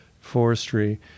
forestry